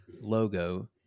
logo